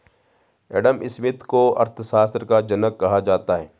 Adam Smith को अर्थशास्त्र का जनक कहा जाता है